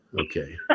Okay